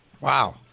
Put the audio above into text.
Wow